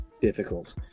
difficult